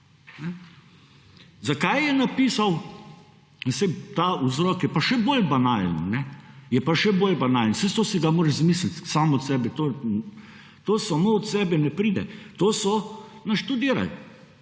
Zakaj je napisal? Ta vzrok je pa še bolj banalen. Saj se ga moraš izmisliti sam od sebe to samo od sebe ne pride, to so naštudirali